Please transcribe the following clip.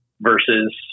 versus